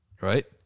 right